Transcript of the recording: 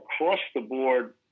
across-the-board